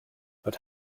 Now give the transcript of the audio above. but